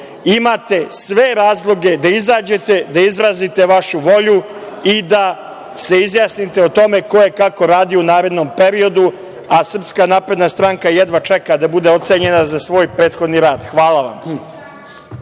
Imate sve razloge da izađete da izrazite vašu volju i da se izjasnite o tome ko je kako radio u narednom periodu, a SNS jedva čeka da bude ocenjena za svoj prethodni rad. Hvala vam.